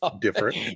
different